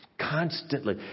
Constantly